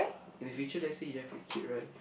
in the future let's say you have a kid right